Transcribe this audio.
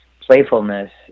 playfulness